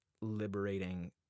liberating